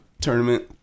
tournament